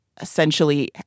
essentially –